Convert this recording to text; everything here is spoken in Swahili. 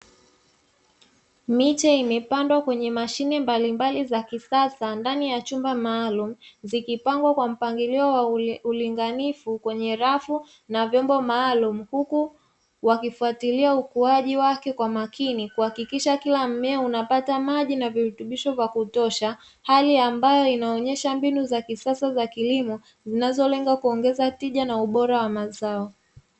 Miche imepandwa kwenye mashine mbalimbali za kisasa ndani ya chumba maalumu, zikipangwa kwa mpangilio wa ulinganifu kwenye rafu na vyombo maalumu huku wakifuatilia ukuaji wake kwa makini kuhakikisha kila mumea unapata maji na virutubisho vya kutosha hali ambayo inaonyesha mbinu za kisasa za kilimo zinazolenga kuongeza tija na ubora wa mazao.